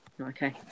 Okay